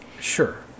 Sure